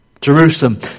Jerusalem